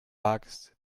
bugs